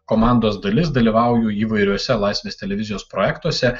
komandos dalis dalyvauju įvairiuose laisvės televizijos projektuose